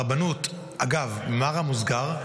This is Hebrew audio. הרבנות, אגב, במאמר מוסגר,